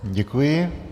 Děkuji.